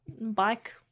Bike